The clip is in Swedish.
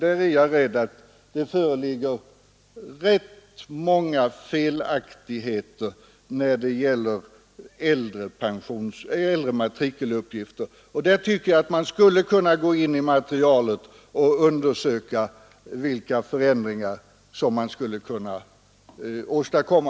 Där är jag rädd att det föreligger rätt många felaktigheter i fråga om äldre matrikeluppgifter. Där tycker jag att man skulle kunna gå in i materialet och undersöka vilka förändringar som man skulle kunna åstadkomma.